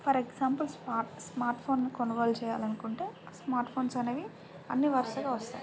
for example smart స్మార్ట్ఫోన్ని కొనుగోలు చేయాలనుకుంటే స్మార్ట్ఫోన్స్ అనేవి అన్ని వరుసగా వస్తాయి